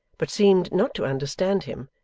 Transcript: but seemed not to understand him,